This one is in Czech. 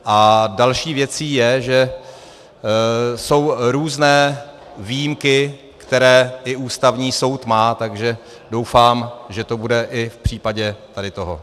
A další věcí je, že jsou různé výjimky, které i Ústavní soud má, takže doufám, že to bude i v případě tady toho.